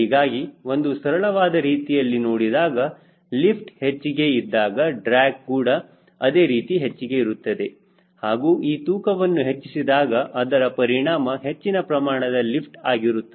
ಹೀಗಾಗಿ ಒಂದು ಸರಳವಾದ ರೀತಿಯಲ್ಲಿ ನೋಡಿದಾಗ ಲಿಫ್ಟ್ ಹೆಚ್ಚಿಗೆ ಇದ್ದಾಗ ಡ್ರ್ಯಾಗ್ ಕೂಡ ಅದೇ ರೀತಿ ಹೆಚ್ಚಿಗೆ ಇರುತ್ತದೆ ಹಾಗೂ ಈ ತೂಕವನ್ನು ಹೆಚ್ಚಿಸಿದಾಗ ಅದರ ಪರಿಣಾಮ ಹೆಚ್ಚಿನ ಪ್ರಮಾಣದ ಲಿಫ್ಟ್ ಆಗಿರುತ್ತದೆ